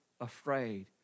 afraid